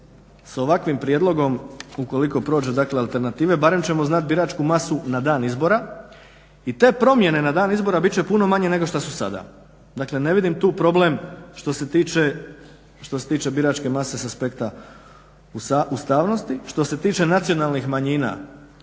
S ovakvim prijedlogom ukoliko prođe dakle alternative barem ćemo znati biračku masu na dan izbora i te promjene na dan izbora bit će puno manje nego što su sada. Dakle, ne vidim tu problem što se tiče biračke mase s aspekta ustavnosti. Što se tiče nacionalnih manjina